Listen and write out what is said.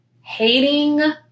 hating